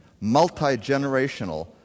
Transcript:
multi-generational